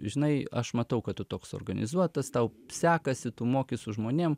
žinai aš matau kad tu toks organizuotas tau sekasi tu moki su žmonėm